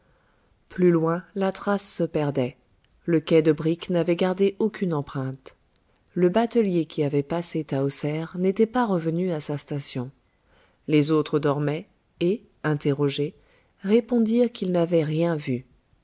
plus loin la trace se perdait le quai de briques n'avait gardé aucune empreinte le batelier qui avait passé tahoser n'était pas revenu à sa station les autres dormaient et interrogés répondirent qu'ils n'avaient rien vu